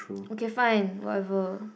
okay fine whatever